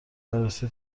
بررسی